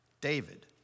David